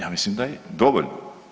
Ja mislim da je dovoljno.